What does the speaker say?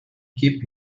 keep